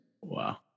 Wow